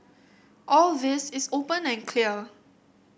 all this is open and clear